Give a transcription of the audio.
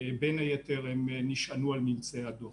בין היתר הן נשענו על ממצאי הדוח.